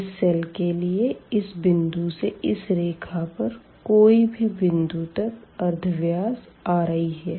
इस सेल के लिए इस बिंदु से इस रेखा पर कोई भी बिंदु तक अर्धव्यास ri है